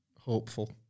hopeful